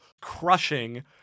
crushing